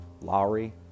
Lowry